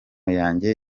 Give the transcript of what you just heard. yanjye